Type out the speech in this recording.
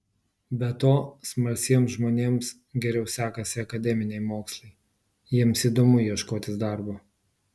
be to smalsiems žmonėms geriau sekasi akademiniai mokslai jiems įdomu ieškotis darbo